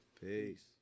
Peace